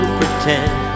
pretend